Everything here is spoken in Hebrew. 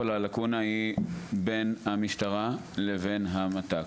הלקונה היא בין המשטרה לבין המת"ק,